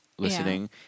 listening